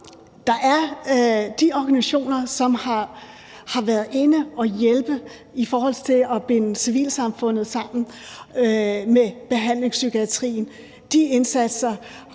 ydet af de organisationer, som har været inde at hjælpe i forhold til at binde civilsamfundet sammen med behandlingspsykiatrien, synes jeg